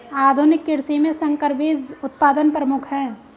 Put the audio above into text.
आधुनिक कृषि में संकर बीज उत्पादन प्रमुख है